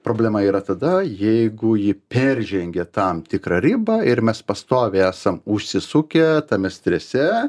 problema yra tada jeigu ji peržengė tam tikrą ribą ir mes pastoviai esam užsisukę tame strese